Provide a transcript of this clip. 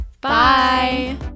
Bye